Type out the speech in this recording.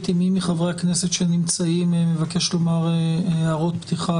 אם מי מחברי הכנסת שנמצאים מבקש לומר הערות פתיחה,